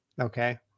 Okay